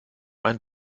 einen